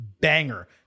banger